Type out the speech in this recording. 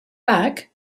bach